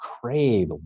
crave